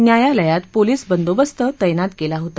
न्यायालयात पोलीस बंदोबस्त तैनात केला होता